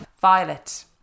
Violet